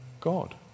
God